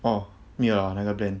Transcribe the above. oh 没有了 ah 那个 brand